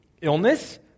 illness